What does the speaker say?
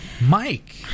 Mike